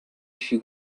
she